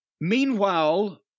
meanwhile